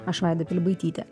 aš vaida pilibaitytė